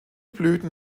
blüten